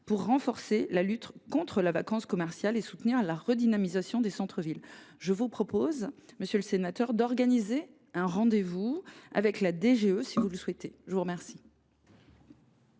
pour renforcer la lutte contre la vacance commerciale et soutenir la redynamisation des centres villes. Je vous propose, monsieur le sénateur, d’organiser un rendez vous avec la DGE, si vous le souhaitez. La parole